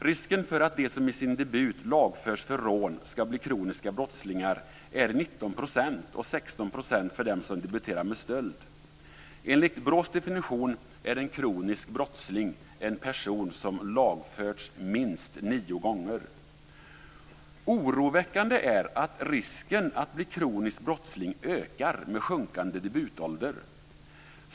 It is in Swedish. Risken för att de som i sin debut lagförs för rån ska bli kroniska brottslingar är 19 %, och 16 % för dem som debuterar med stöld. Enligt BRÅ:s definition är en kronisk brottsling en person som har lagförts minst nio gånger. Oroväckande är att risken att bli kronisk brottsling ökar med sjunkande debutålder.